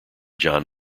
john